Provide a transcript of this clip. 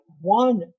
one